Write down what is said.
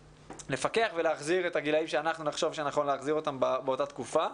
לפקח ולהחזיר את הגילים שאנחנו נחשוב שנכון להחזיר באותה תקופה.